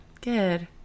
good